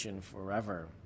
forever